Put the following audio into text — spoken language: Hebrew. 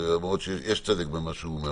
למרות שיש צדק במה שהוא אומר